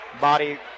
Body